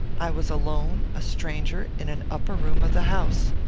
i was alone, a stranger, in an upper room of the house.